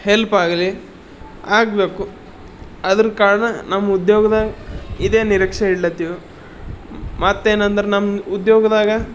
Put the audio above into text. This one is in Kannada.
ಹೆಲ್ಪ್ ಆಗಲಿ ಆಗಬೇಕು ಅದ್ರ ಕಾರಣ ನಮ್ಮ ಉದ್ಯೋಗ್ದಾಗ ಇದೇ ನಿರೀಕ್ಷೆ ಇಡ್ಲತ್ತಿವು ಮತ್ತೇನಂದ್ರೆ ನಮ್ಮ ಉದ್ಯೋಗದಾಗ